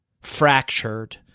fractured